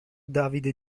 davide